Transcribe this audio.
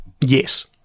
Yes